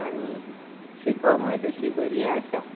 आनी शिकोंकूय तशी बरी आसा